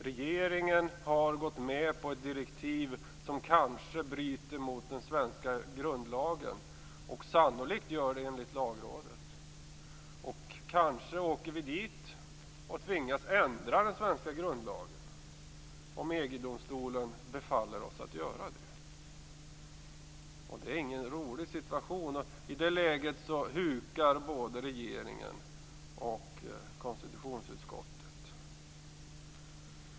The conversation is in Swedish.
Regeringen har gått med på ett direktiv som kanske bryter mot den svenska grundlagen. Enligt Lagrådet är det sannolikt så. Kanske tvingas vi ändra den svenska grundlagen, om EG-domstolen befaller oss att göra det. Det är ingen rolig situation, och i det läget hukar både regeringen och konstitutionsutskottet.